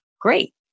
great